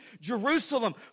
Jerusalem